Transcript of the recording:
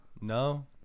No